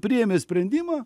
priėmė sprendimą